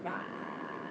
ra~